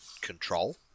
control